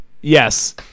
yes